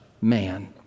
man